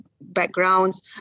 backgrounds